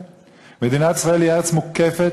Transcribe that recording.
מדינת סטרט-אפ מובילה.